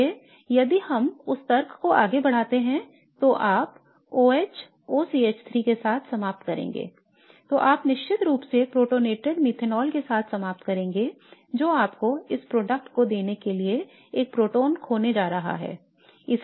इसलिए यदि हम उस तर्क को आगे बढ़ाते हैं तो आप OH OCH3 के साथ समाप्त करेंगे तो आप निश्चित रूप से प्रोटोनेटेड मेथनॉल के साथ समाप्त करेंगे जो आपको इस उत्पाद को देने के लिए एक प्रोटॉन खोने जा रहा है